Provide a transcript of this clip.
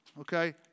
Okay